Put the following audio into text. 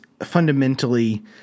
fundamentally